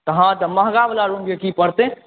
हाँ तऽ महँगा बला रूम पड़तै